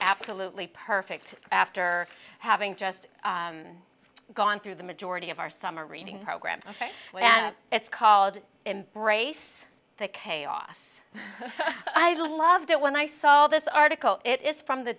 absolutely perfect after having just gone through the majority of our summer reading programs ok it's called embrace the chaos i loved it when i saw all this article it is from the